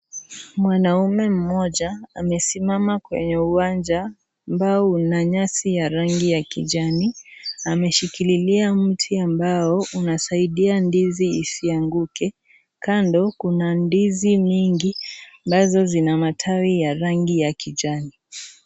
Mwanaume mmoja amesimama kwenye uwanja ambao Una nyasi ya rangi ya kijani na ameshikilia mti ambao unasaidia ndizi isianguke. Kando kuna ndizi mingi ambazo zina matawi ya rangi ya kijani.